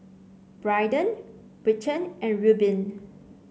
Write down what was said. Braiden Britton and Rubin